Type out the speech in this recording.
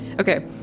Okay